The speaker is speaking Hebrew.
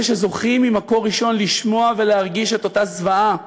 אלה שזוכים לשמוע ממקור ראשון ולהרגיש את אותה זוועה